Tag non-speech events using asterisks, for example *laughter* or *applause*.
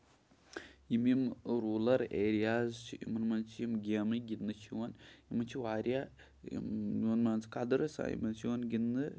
یِم یِم rural areas چھِ یِمن منٛز چھِ یِم گیمہٕ یِم گندنہٕ چھِ یِوان یِمن چھِ واریاہ *unintelligible* منٛز چھُ یِوان گندنہٕ